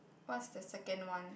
what's the second one